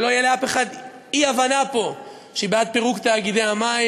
שלא יהיה לאף אחד אי-הבנה פה שהיא בעד פירוק תאגידי המים,